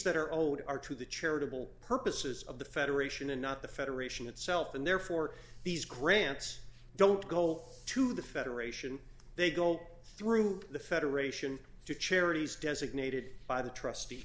that are owed are to the charitable purposes of the federation and not the federation itself and therefore these grants don't go to the federation they go through the federation two charities designated by the trustee